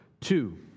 Two